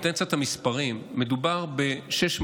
ואני אתן קצת מספרים: מדובר בכ-600,